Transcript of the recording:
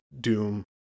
Doom